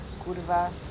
curva